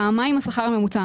פעמיים השכר הממוצע.